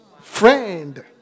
Friend